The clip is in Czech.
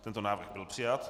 Tento návrh byl přijat.